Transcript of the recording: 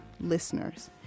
listeners